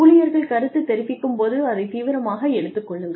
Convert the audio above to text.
ஊழியர்கள் கருத்து தெரிவிக்கும்போது அதை தீவிரமாக எடுத்துக் கொள்ளுங்கள்